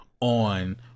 on